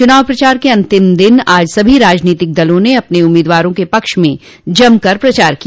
चुनाव प्रचार के अन्तिम दिन आज सभी राजनीतिक दलों ने अपने उम्मीदवारों के पक्ष में जमकर प्रचार किया